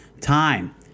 time